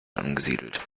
angesiedelt